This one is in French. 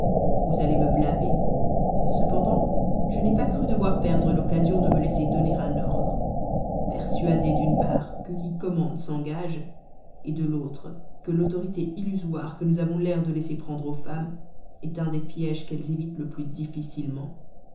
vous allez me blâmer cependant je n'ai pas cru devoir perdre l'occasion de lui laisser me donner un ordre persuadé d'une part que qui commande s'engage de l'autre que l'autorité illusoire que nous avons l'air de laisser prendre aux femmes est un des pièges qu'elles évitent le plus difficilement